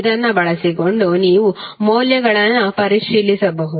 ಇದನ್ನು ಬಳಸಿಕೊಂಡು ನೀವು ಮೌಲ್ಯಗಳನ್ನು ಪರಿಶೀಲಿಸಬಹುದು